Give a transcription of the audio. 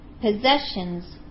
Possessions